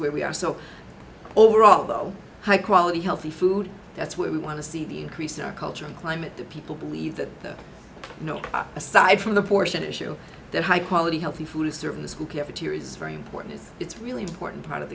where we so overall though high quality healthy food that's where we want to see the increase in our culture and climate people believe that you know aside from the portion issue that high quality healthy food is served in the school cafeterias very important it's really important part of